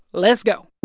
let's go.